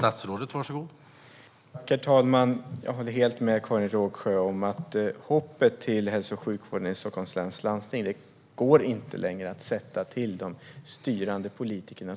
Herr talman! Jag håller helt med Karin Rågsjö om att hoppet till hälso och sjukvården i Stockholms läns landsting inte längre går att sätta till de styrande politikerna.